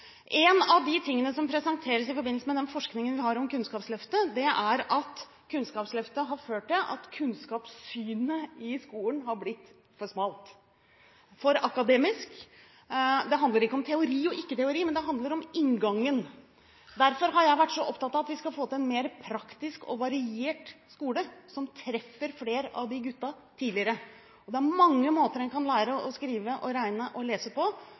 En av de tingene som presenteres i forbindelse med den forskningen vi har om Kunnskapsløftet, er at Kunnskapsløftet har ført til at kunnskapssynet i skolen har blitt for smalt, for akademisk. Det handler ikke om teori og ikke teori, men det handler om inngangen. Derfor har jeg vært så opptatt av at vi skal få til en mer praktisk og variert skole som treffer flere av de guttene tidligere. Det er mange måter en kan lære å skrive, lese og regne